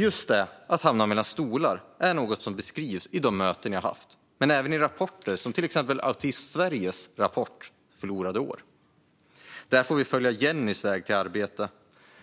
Just detta att hamna mellan stolar är något som beskrivs både i möten jag haft och i rapporter som Autism Sveriges rapport Förlorade år - rapport från byråkratins väntrum . Där får vi följa Jennys väg till arbete,